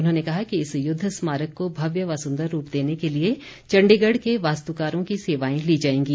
उन्होंने कहा कि इस युद्ध स्मारक को भव्य व सुंदर रूप देने के लिए चण्डीगढ़ के वास्तुकारों की सेवाएं ली जाएंगी